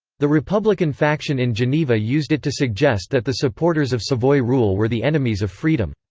the republican faction in geneva used it to suggest that the supporters of savoy rule were the enemies of freedom.